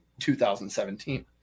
2017